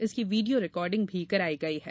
इसकी वीडियों रिकार्डिंग भी करायी गयी है